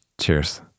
Cheers